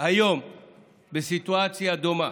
היום בסיטואציה דומה,